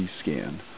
scan